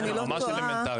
אם אני לא טועה,